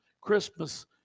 Christmas